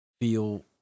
feel